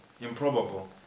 improbable